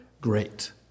great